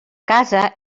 casa